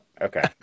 okay